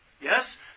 yes